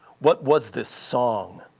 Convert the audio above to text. what was this song?